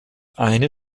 eine